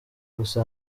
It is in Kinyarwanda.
gusa